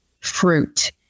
fruit